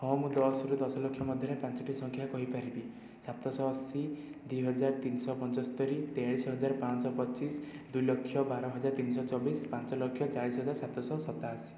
ହଁ ମୁଁ ଦଶରୁ ଦଶ ଲକ୍ଷ ମଧ୍ୟରେ ପାଞ୍ଚୋଟି ସଂଖ୍ୟା କହିପାରିବି ସାତଶହ ଅଶି ଦୁଇହଜାର ତିନିଶହ ପଞ୍ଚସ୍ତରୀ ତେଇଶ ହଜାର ପାଞ୍ଚଶହ ପଚିଶ ଦୁଇଲକ୍ଷ ବାର ହଜାର ତିନିଶହ ଚବିଶ ପାଞ୍ଚ ଲକ୍ଷ ଚାଳିଶ ହଜାର ସାତଶହ ସତାଅଶି